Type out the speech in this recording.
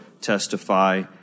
testify